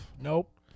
Nope